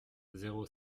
zéro